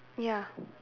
ya